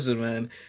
man